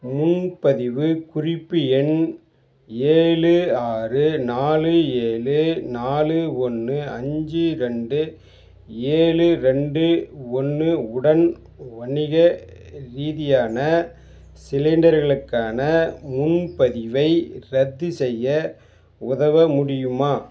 முன்பதிவு குறிப்பு எண் ஏழு ஆறு நாலு ஏழு நாலு ஒன்று அஞ்சு ரெண்டு ஏழு ரெண்டு ஒன்று உடன் வணிக ரீதியான சிலிண்டருக்களுக்கான முன்பதிவை ரத்து செய்ய உதவ முடியுமா